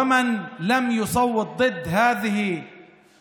ומי שלא הצביע נגד החוקים הגזעניים